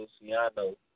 Luciano